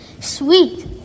Sweet